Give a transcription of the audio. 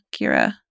Kira